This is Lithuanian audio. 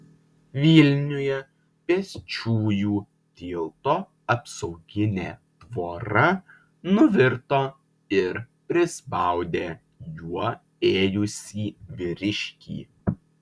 vilniuje pėsčiųjų tilto apsauginė tvora nuvirto ir prispaudė juo ėjusį vyriškį